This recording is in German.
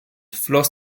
floss